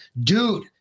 dude